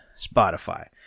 spotify